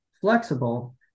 flexible